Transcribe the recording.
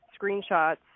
screenshots